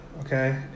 okay